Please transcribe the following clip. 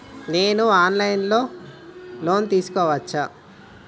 నేను online లో loan తీసుకోవచ్చా?